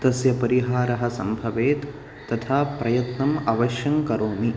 तस्य परिहारः सम्भवेत् तथा प्रयत्नम् अवश्यं करोमि